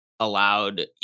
allowed